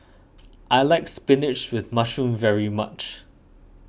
I like Spinach with Mushroom very much